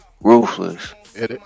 Ruthless